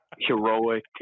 heroic